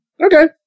Okay